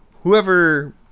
Whoever